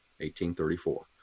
1834